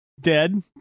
dead